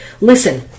Listen